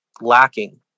lacking